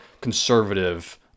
conservative